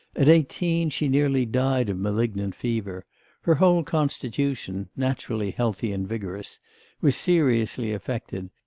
at eighteen, she nearly died of malignant fever her whole constitution naturally healthy and vigorous was seriously affected,